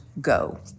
go